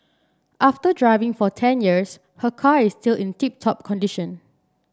after driving for ten years her car is still in tip top condition